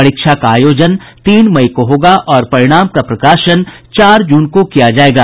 परीक्षा का आयोजन तीन मई को होगा और परिणाम का प्रकाशन चार जून को किया जायेगा